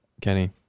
Kenny